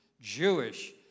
Jewish